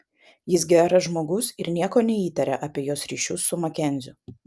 jis geras žmogus ir nieko neįtaria apie jos ryšius su makenziu